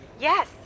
Yes